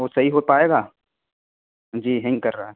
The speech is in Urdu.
وہ صحیح ہو پائے گا جی ہینگ کر رہا ہے